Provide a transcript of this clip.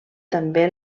també